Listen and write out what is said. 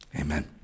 amen